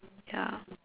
ya